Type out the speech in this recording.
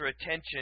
attention